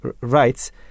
rights